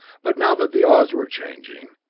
but now that the odds were changing,